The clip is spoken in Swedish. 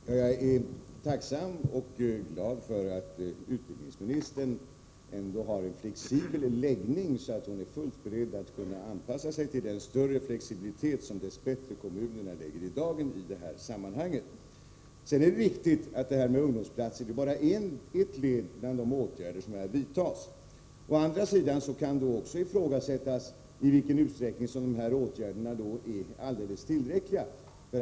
Herr talman! Jag är tacksam och glad för att utbildningsministern ändå har en flexibel inställning så att hon är fullt beredd att anpassa sig till den större flexibilitet som kommunerna dess bättre lägger i dagen i detta sammanhang. Det är riktigt att ungdomsplatserna bara utgör ett led bland de åtgärder som vidtas på detta område. Å andra sidan kan det ifrågasättas i vilken utsträckning dessa åtgärder är tillräckliga.